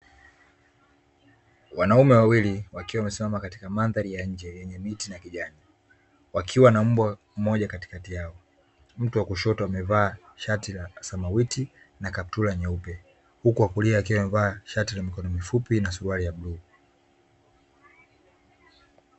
Wanaume wawili wakiwa wamesimama katika mandahri ya nje yenye miti ya kijani wakiwa na mbwa mmoja katikati yao. Mtu wa kushoto amevaa shati la samawiti na kaptura nyeupe, huku wa kulia akiwa amevaa shati la mikono mifupi na suruali ya bluu.